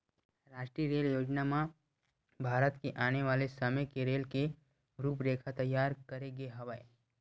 रास्टीय रेल योजना म भारत के आने वाले समे के रेल के रूपरेखा तइयार करे गे हवय